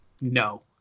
no